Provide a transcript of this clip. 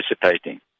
participating